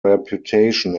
reputation